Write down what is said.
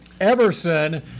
Everson